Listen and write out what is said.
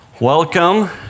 Welcome